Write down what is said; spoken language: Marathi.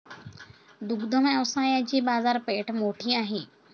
दुग्ध व्यवसायाची बाजारपेठ मोठी आहे